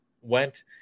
went